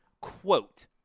quote